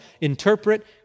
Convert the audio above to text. interpret